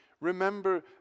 Remember